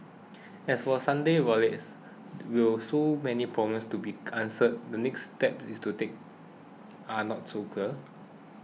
as for Sunday's riot is will so many problems to be answered the next steps to take are not so clear